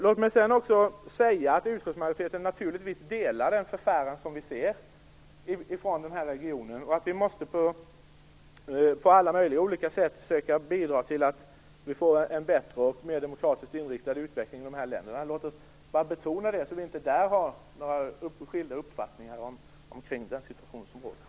Låt mig sedan också säga att utskottsmajoriteten naturligtvis delar den förfäran alla känner inför det vi ser från den här regionen, och att vi på alla möjliga olika sätt måste försöka bidra till att få en bättre och mer demokratiskt inriktad utveckling i de här länderna. Låt oss bara betona det, så att vi inte där har några skilda uppfattningar omkring den situation som råder.